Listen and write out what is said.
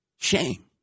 shame